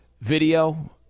video